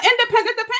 independent